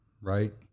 right